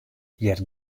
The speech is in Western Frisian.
heart